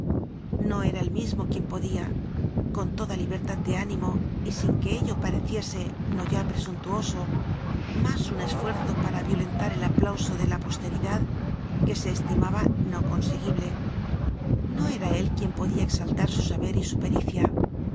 no era él mismo quien podía con toda libertad de ánimo y sin que ello pareciese no ya presuntuoso mas un esfuerzo para violentar el aplauso de la posteridad que se estimaba no conseguible no era él quien podía exaltar su saber y su pericia